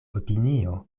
opinio